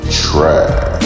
trash